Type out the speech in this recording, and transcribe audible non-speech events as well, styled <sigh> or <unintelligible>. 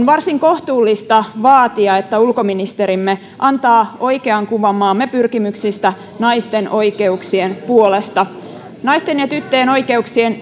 <unintelligible> varsin kohtuullista vaatia että ulkoministerimme antaa oikean kuvan maamme pyrkimyksistä naisten oikeuksien puolesta naisten ja tyttöjen oikeuksien <unintelligible>